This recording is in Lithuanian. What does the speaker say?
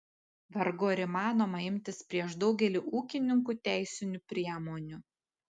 vargu ar įmanoma imtis prieš daugelį ūkininkų teisinių priemonių